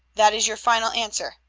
that is your final answer?